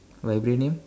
Vibranium